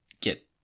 get